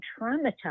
traumatized